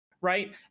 right